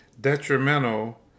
detrimental